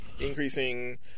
Increasing